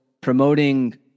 promoting